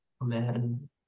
Man